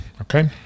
okay